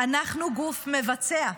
אנחנו גוף מבצע,